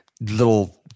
little